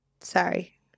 sorry